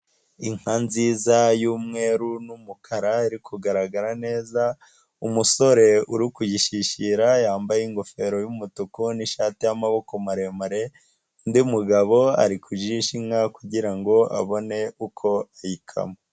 Inka nziza y'umweru n'umukara yari kugaragara neza, umusore uri kuyishyishyira yambaye ingofero y'umutuku n'ishati y'amaboko maremare, undi mugabo ari kujisha inka kugira ngo abone uko ayikama.